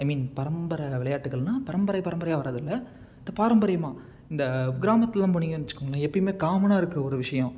ஐ மீன் பரம்பரை விளையாட்டுகள்னா பரம்பரை பரம்பரையாக வர்றதில்லை இந்த பாரம்பரியமாக இந்த கிராமத்தில்லாம் போனீங்கன்னு வெச்சுக்கோங்களேன் எப்போயுமே காமனாக இருக்கிற ஒரு விஷயம்